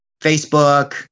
Facebook